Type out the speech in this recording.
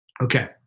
Okay